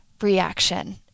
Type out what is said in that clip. reaction